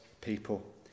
people